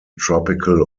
tropical